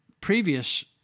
previous